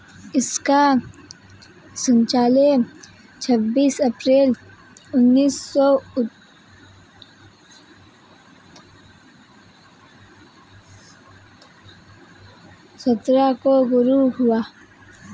इसका संचालन छब्बीस अप्रैल उन्नीस सौ सत्तर को शुरू हुआ